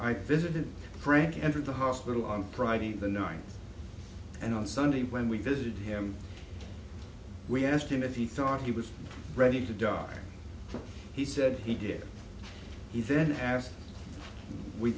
physically frank entered the hospital on friday night and on sunday when we visited him we asked him if he thought he was ready to die he said he did he didn't ask we